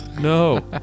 no